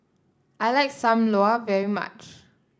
I like Sam Lau very much